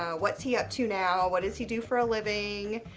what's he up to now? what does he do for a living?